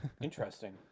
Interesting